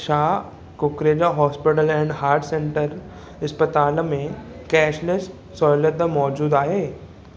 छा Kukreja hospital and heart centre अस्पतालु में कैशलेस सहूलियत मौजूदु आहे